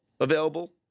available